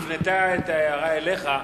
היא הפנתה את ההערה אליך,